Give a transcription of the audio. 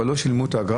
אבל לא שילמו את האגרה?